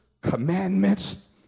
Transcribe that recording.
commandments